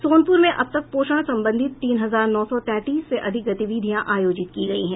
सोनपुर में अब तक पोषण संबंधित तीन हजार नौ सौ तैंतीस से अधिक गतिविधियां आयोजित की गयीं है